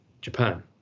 Japan